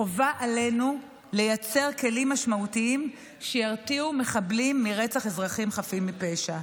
חובה עלינו לייצר כלים משמעותיים שירתיעו מחבלים מרצח אזרחים חפים מפשע.